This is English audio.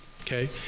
Okay